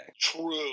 True